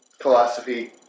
philosophy